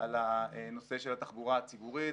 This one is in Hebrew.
על הנושא של התחבורה הציבורית.